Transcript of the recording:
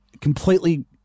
completely